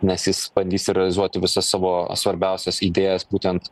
nes jis bandys realizuoti visas savo svarbiausias idėjas būtent